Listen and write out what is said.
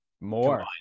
more